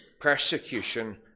persecution